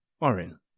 Warren